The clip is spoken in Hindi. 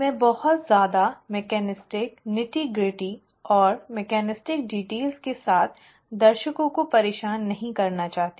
मैं बहुत ज्यादा मैकेनिस्टिक नॉटी ग्रिट्टी और मैकेनिस्टिक डिटेल्स के साथ दर्शकों को परेशान नहीं करना चाहती